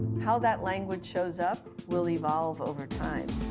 how that language shows up will evolve over time.